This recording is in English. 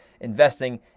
investing